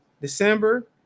December